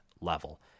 level